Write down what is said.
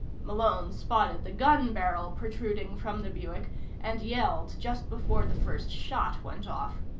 malone spotted the gun barrel protruding from the buick and yelled just before the first shot went off.